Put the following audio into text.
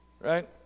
right